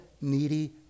needy